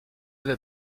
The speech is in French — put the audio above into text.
veut